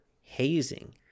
hazing